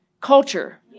culture